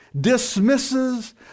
dismisses